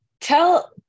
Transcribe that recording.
tell